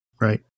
right